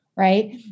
Right